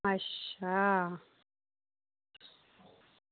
अच्छा